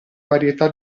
varietà